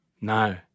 No